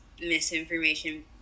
misinformation